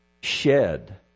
shed